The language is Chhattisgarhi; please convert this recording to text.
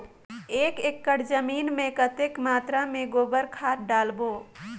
एक एकड़ जमीन मे कतेक मात्रा मे गोबर खाद डालबो?